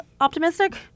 optimistic